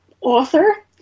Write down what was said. author